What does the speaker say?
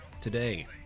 today